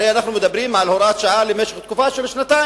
הרי אנחנו מדברים על הוראת שעה למשך תקופה של שנתיים,